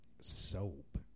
Soap